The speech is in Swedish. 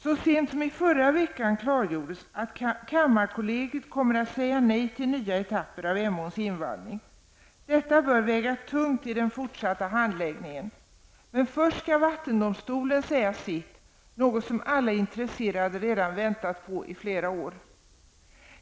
Så sent som i förra veckan klargjordes att kammarkollegiet kommer att säga nej till nya etapper av invallning av Emån. Detta bör väga tungt i den fortsatta handläggningen. Men först skall vattendomstolen säga sitt, något som alla intresserade redan har väntat på i flera år.